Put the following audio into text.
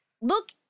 Look